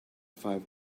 five